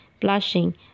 blushing